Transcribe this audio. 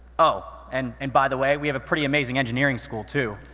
oh, and and by the way, we have a pretty amazing engineering school, too.